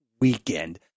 weekend